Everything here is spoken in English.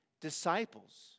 disciples